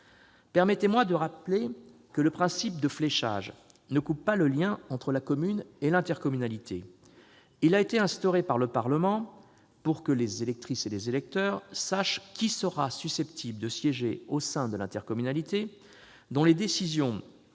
Permettez-moi de rappeler que le principe du fléchage ne coupe pas le lien entre la commune et l'intercommunalité. Il a été instauré par le Parlement pour que les électeurs sachent qui sera susceptible de siéger au sein de l'intercommunalité, dont les décisions